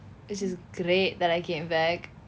which is great that I came back